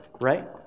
right